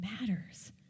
matters